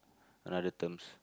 another terms